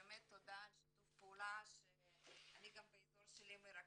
ותודה על שיתוף הפעולה שאני גם באזור שלי מרכזת,